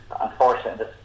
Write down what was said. unfortunately